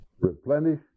replenish